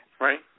Right